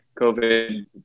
COVID